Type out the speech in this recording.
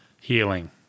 healing